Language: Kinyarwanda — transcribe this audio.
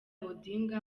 odinga